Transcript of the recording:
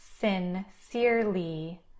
sincerely